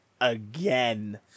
again